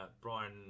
Brian